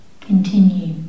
continue